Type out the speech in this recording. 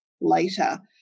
later